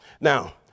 Now